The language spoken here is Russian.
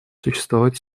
существовать